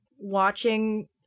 watching